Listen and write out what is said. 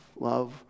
Love